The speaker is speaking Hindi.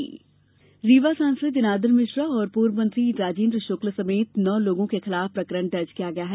सांसद प्रकरण रीवा सांसद जनार्दन मिश्रा और पूर्व मंत्री राजेन्द्र शुक्ल समेत नौ लोगों को खिलाफ प्रकरण दर्ज किया गया है